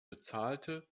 bezahlte